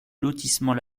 lotissement